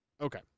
Okay